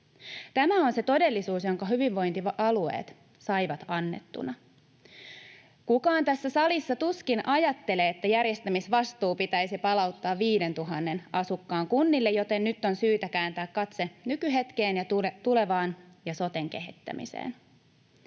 Tämä on se todellisuus, jonka hyvinvointialueet saivat annettuna. Kukaan tässä salissa tuskin ajattelee, että järjestämisvastuu pitäisi palauttaa 5 000 asukkaan kunnille, joten nyt on syytä kääntää katse nykyhetkeen ja tulevaan ja soten kehittämiseen.